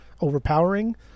overpowering